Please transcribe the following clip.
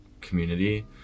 community